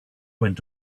went